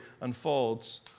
unfolds